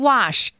Wash